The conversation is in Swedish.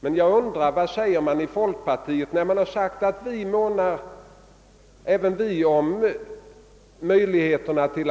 Men jag undrar, hur man inom folkpartiet, där man har sagt sig vilja måna om möjligheterna för